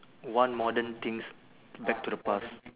one modern things back to the past